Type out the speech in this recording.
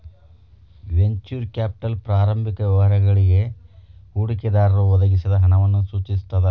venture capital ಪ್ರಾರಂಭಿಕ ವ್ಯವಹಾರಗಳಿಗಿ ಹೂಡಿಕೆದಾರರು ಒದಗಿಸಿದ ಹಣವನ್ನ ಸೂಚಿಸ್ತದ